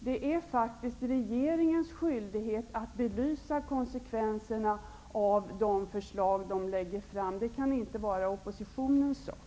Det är regeringens skyldighet att belysa konsekvenserna av de förslag som den lägger fram. Det kan inte vara oppositionens sak.